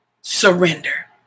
surrender